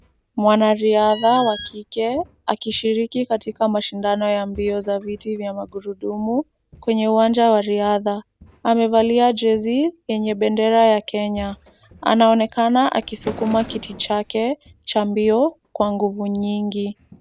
Mwanariadha wa kike akishiriki katika mashindano ya mbio za viti vya magurudumu, kwenye uwanja wa riadha. Amevalia jezi yenye bendera ya Kenya. Anaonekana akisukuma kiti chake cha mbio kwa nguvu nyingi.